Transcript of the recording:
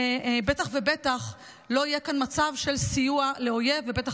בטח ובטח שלא יהיה כאן מצב של סיוע לאויב ובטח